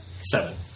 Seven